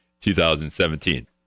2017